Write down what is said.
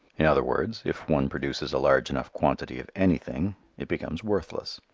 in other words, if one produces a large enough quantity of anything it becomes worthless.